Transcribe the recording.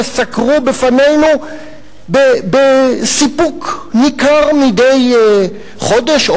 שסקרו בפנינו בסיפוק ניכר מדי חודש או